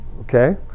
okay